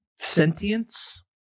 Sentience